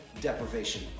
deprivation